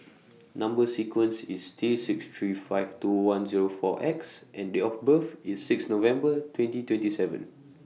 Number sequence IS T six three five two one Zero four X and Date of birth IS six November twenty twenty seven